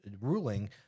ruling